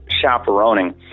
chaperoning